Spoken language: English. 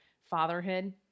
fatherhood